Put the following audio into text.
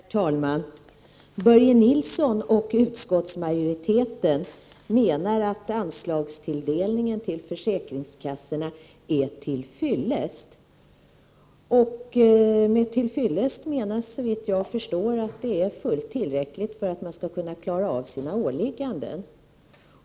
Herr talman! Börje Nilsson och utskottsmajoriteten menar att anslagstilldelningen till försäkringskassorna är tillfyllest. Med ”tillfyllest” menas såvitt jag förstår att anslagstilldelningen är fullt tillräcklig för att man skall kunna fullgöra sina åligganden.